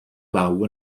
law